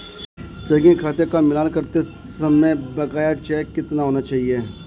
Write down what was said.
Checking खाते का मिलान करते समय बकाया चेक कितने होने चाहिए?